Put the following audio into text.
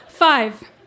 Five